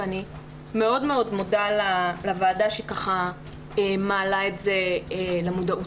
אני מאוד מודה לוועדה שמעלה את זה למודעות.